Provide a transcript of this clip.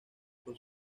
por